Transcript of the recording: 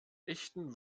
echten